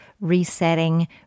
resetting